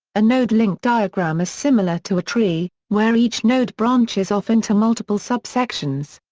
a node-link diagram is similar to a tree, where each node branches off into multiple sub-sections.